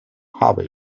habe